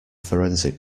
forensic